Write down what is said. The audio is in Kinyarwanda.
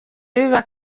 biba